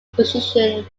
position